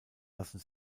lassen